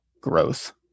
growth